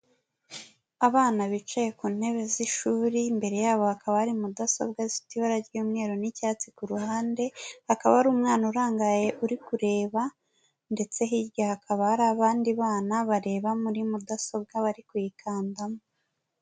Abana bicaye ku ntebe z'ishuri, imbere yabo hakaba hari mudasobwa zifite ibara ry'umweru n'icyatsi ku ruhande, hakaba hari umwana urangaye uri kureba ndetse hirya hakaba hari abandi bana bareba muri mudasobwa bari kuyikandamo.